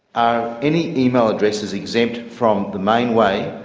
are any email addresses exempt from the mainway,